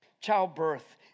Childbirth